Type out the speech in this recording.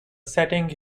setting